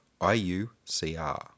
IUCR